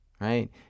right